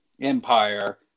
Empire